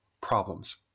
problems